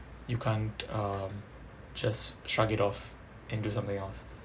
you can't um just shrug it off and do something else